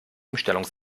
umstellung